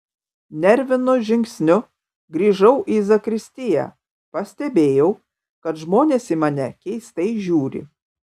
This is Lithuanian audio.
nervinu žingsniu grįžau į zakristiją pastebėjau kad žmonės į mane keistai žiūri